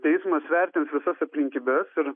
teismas vertins visas aplinkybes ir